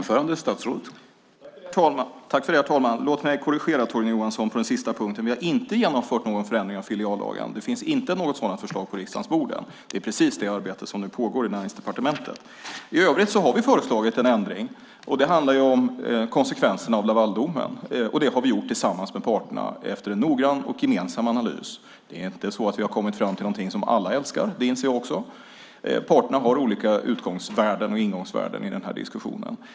Herr talman! Låt mig korrigera Torgny Johansson på den sista punkten. Vi har inte genomfört någon förändring av filiallagen. Det finns inte något sådant förslag på riksdagens bord än. Det är precis det arbete som nu pågår i Näringsdepartementet. I övrigt har vi föreslagit en ändring, och det handlar om konsekvenserna av Lavaldomen. Det har vi gjort tillsammans med parterna efter en noggrann och gemensam analys. Det är inte så att vi har kommit fram till någonting som alla älskar - det inser jag också. Parterna har olika utgångsvärden och ingångsvärden i den här diskussionen.